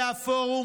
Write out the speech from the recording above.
זה הפורום,